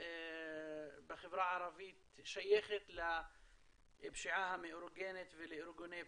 בחברה הערבית ששייכת לפשיעה המאורגנת ולארגוני הפשע,